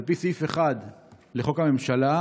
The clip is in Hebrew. על פי סעיף 1 לחוק הממשלה,